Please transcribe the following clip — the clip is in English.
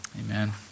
Amen